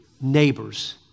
neighbors